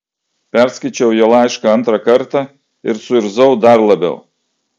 perskaičiau jo laišką antrą kartą ir suirzau dar labiau